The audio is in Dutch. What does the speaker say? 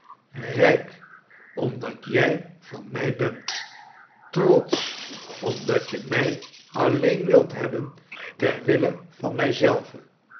rijk omdat jij van mij bent trotsch omdat je mij alleen wilt hebben ter wille van